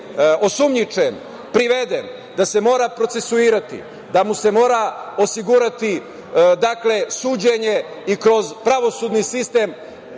osumnjičen, priveden, da se mora procesuirati, da mu se mora osigurati suđenje i kroz pravosudni sistem